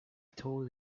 told